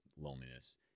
loneliness